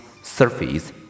Surface